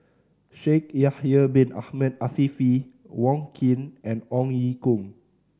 Shaikh Yahya Bin Ahmed Afifi Wong Keen and Ong Ye Kung